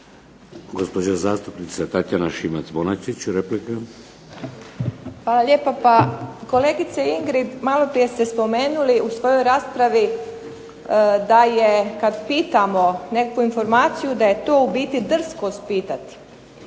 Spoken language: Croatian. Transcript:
Gospođa zastupnica Tatjana Šimac-Bonačić, replika. **Šimac Bonačić, Tatjana (SDP)** Hvala lijepa. Pa kolegice Ingrid, maloprije ste spomenuli u svojoj raspravi da je, kad pitamo neku informaciju da je to u biti drskost pitati.